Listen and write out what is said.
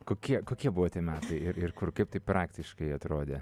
kokie kokie buvo tie metai ir ir kur kaip tai praktiškai atrodė